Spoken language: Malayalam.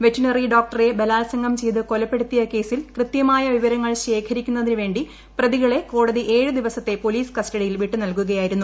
വെറ്റിനറി ഡോക്ടറെ ബലാത്സംഗം ചെയ്ത് കൊല്ലിപ്പടുത്തിയ കേസിൽകൃത്യമായ വിവരങ്ങൾ ശേഖരിക്കുന്നതിന് പ്രിതികളെ കോടതി ഏഴ് ദിവസത്തെ പോലീസ് കസ്റ്റഡിയിൽ വിട്ടു നൽകിയിരുന്നു